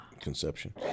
Conception